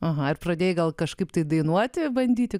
aha ir pradėjai gal kažkaip tai dainuoti bandyti